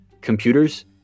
computers